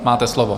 Máte slovo.